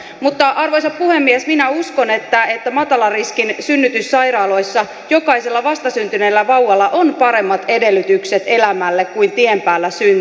mutta arvoisa puhemies minä uskon että matalan riskin synnytyssairaaloissa jokaisella vastasyntyneellä vauvalla on paremmat edellytykset elämälle kuin tien päällä syntyessä